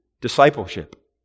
discipleship